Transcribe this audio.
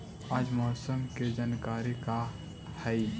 आज मौसम के जानकारी का हई?